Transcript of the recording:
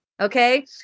Okay